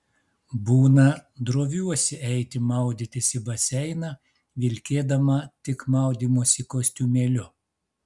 būna droviuosi eiti maudytis į baseiną vilkėdama tik maudymosi kostiumėliu